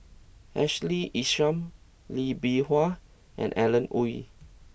Ashley Isham Lee Bee Wah and Alan Oei